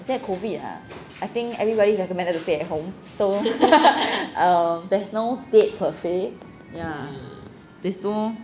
现在 COVID ah I think everybody recommended to stay at home so err um there's no date per se